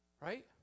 Right